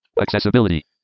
Accessibility